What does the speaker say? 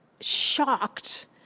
shocked